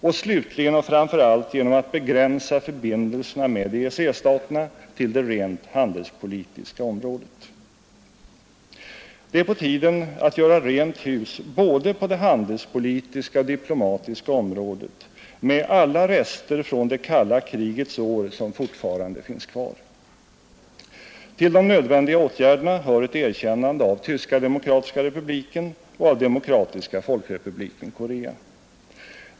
Och slutligen och framför allt genom att begränsa förbindelserna med EEC-staterna till det rent handelspolitiska området. Det är på tiden att göra rent hus på både det handelspolitiska och det diplomatiska området med alla rester från det kalla krigets år som fortfarande finns kvar. Till de nödvändiga åtgärderna hör ett erkännande av Tyska demokratiska republiken och av Demokratiska folkrepubliken Korea.